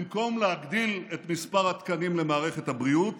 במקום להגדיל את מספר התקנים למערכת הבריאות